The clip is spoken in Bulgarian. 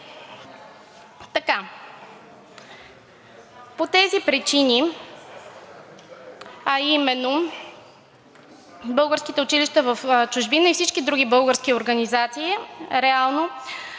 По тези причини, а именно българските училища в чужбина и всички други български организации реално